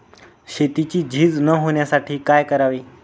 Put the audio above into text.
शेतीची झीज न होण्यासाठी काय करावे?